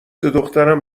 دخترم